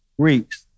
Greeks